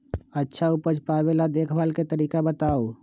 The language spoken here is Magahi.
अच्छा उपज पावेला देखभाल के तरीका बताऊ?